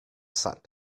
sat